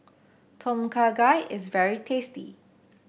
Tom Kha Gai is very tasty